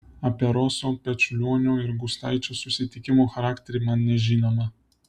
apie roso pečiulionio ir gustaičio susitikimų charakterį man nežinoma